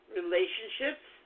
relationships